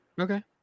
Okay